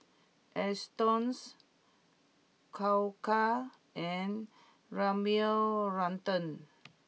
Astons Koka and Rimmel London